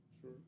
Sure